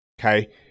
Okay